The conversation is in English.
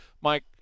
Mike